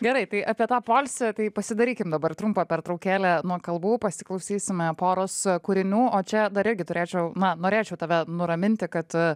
gerai tai apie tą poilsį tai pasidarykim dabar trumpą pertraukėlę nuo kalbų pasiklausysime poros kūrinių o čia dar irgi turėčiau na norėčiau tave nuraminti kad